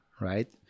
right